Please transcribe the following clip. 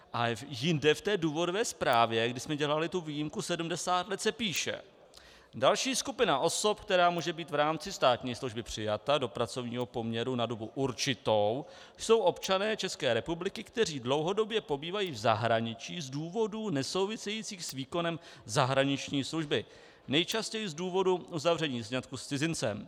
A jinde v té důvodové zprávě, kde jsme dělali tu výjimku 70 let, se píše: Další skupina osob, která může být v rámci státní služby přijata do pracovního poměru na dobu určitou, jsou občané ČR, kteří dlouhodobě pobývají v zahraničí z důvodů nesouvisejících s výkonem zahraniční služby, nejčastěji z důvodu uzavření sňatku s cizincem.